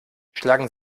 schlagen